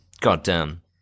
goddamn